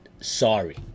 sorry